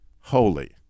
holy